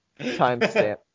Timestamp